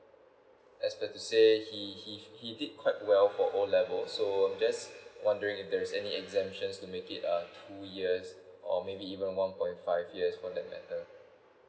as per to say he he he did quite well for O levels so I'm just wondering if there's any exemptions to make it uh two years or maybe even one point five years for that matter